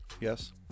Yes